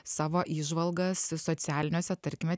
savo įžvalgas socialiniuose tarkime